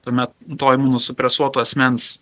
tuomet to imunosupresuoto asmens